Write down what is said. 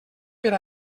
per